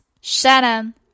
Shannon